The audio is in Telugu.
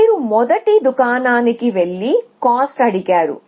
మీరు మొదటి దుకాణానికి వెళ్లి కాస్ట్ అడిగారు